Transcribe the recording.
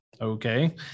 okay